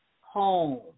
home